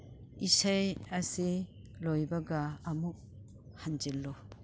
ꯏꯁꯩ ꯑꯁꯤ ꯂꯣꯏꯕꯒ ꯑꯃꯨꯛ ꯍꯟꯖꯤꯜꯂꯨ